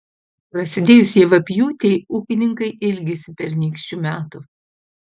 prasidėjus javapjūtei ūkininkai ilgisi pernykščių metų